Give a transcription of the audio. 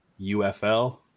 UFL